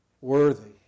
worthy